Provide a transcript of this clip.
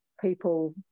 people